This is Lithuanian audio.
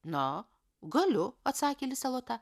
na galiu atsakė lisė lota